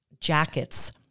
jackets